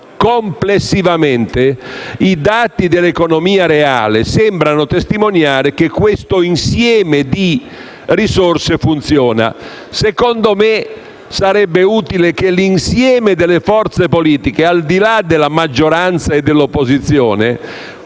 Complessivamente, i dati dell'economia reale sembrano testimoniare che questo insieme di risorse funziona. Secondo me sarebbe utile che l'insieme delle forze politiche, al di là della maggioranza e dell'opposizione,